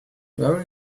were